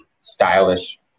stylish